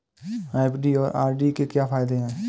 FD और RD के क्या फायदे हैं?